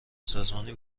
سازمانی